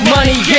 Money